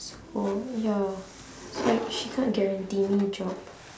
so ya so she can't guarantee me job